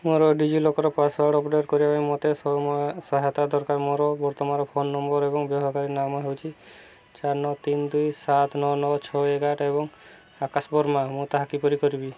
ମୋର DigiLocker password update କରିବା ପାଇଁ ମୋତେ ସମ ସହାୟତା ଦରକାର ମୋର ବର୍ତ୍ତମାନର ଫୋନ୍ ନମ୍ବର୍ ଏବଂ ବ୍ୟବହାରକାରୀ ନାମ ହେଉଛି ଚାରି ନଅ ତିନି ଦୁଇ ସାତ ନଅ ନଅ ଏକ ଆଠ ଏବଂ ଆକାଶ ବର୍ମା ମୁଁ ତାହା କିପରି କରିବି